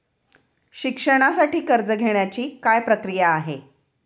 शिक्षणासाठी कर्ज घेण्याची काय प्रक्रिया आहे?